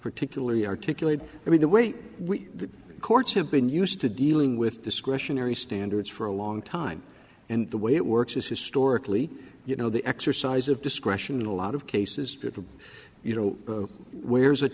particularly articulate i mean the way we the courts have been used to dealing with discretionary standards for a long time and the way it works is historically you know the exercise of discretion in a lot of cases you know where's